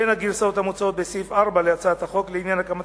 בין הגרסאות המוצעות בסעיף 4 להצעת החוק לעניין הקמת